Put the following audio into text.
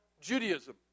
Judaism